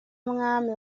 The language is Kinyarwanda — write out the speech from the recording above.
mwami